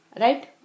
right